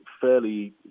fairly